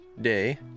day